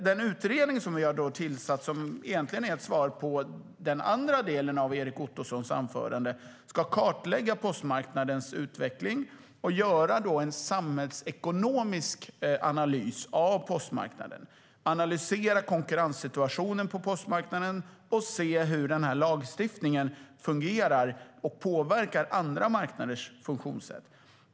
Den utredning som vi har tillsatt, vilket egentligen är ett svar på den andra delen av Erik Ottosons inlägg, ska kartlägga postmarknadens utveckling och göra en samhällsekonomisk analys av postmarknaden, analysera konkurrenssituationen på postmarknaden och se hur lagstiftningen fungerar och påverkar andra marknaders funktionssätt.